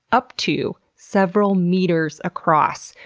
up to several meters across,